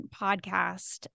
podcast